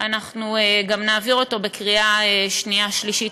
אנחנו גם נעביר את זה בקריאה שנייה ושלישית.